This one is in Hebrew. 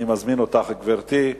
אני מזמין אותך, גברתי.